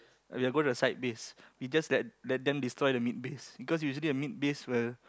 ya go to the side base we just let let them destroy the mid base because usually the mid base will